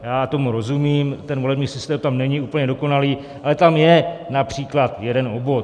Já tomu rozumím, volební systém tam není úplně dokonalý, ale tam je například jeden obvod.